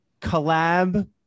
collab